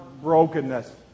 brokenness